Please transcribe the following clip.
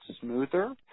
smoother